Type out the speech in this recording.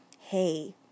hey